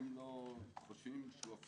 וחושבים שיש לו